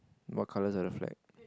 what colours are the flag